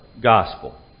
gospel